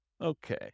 Okay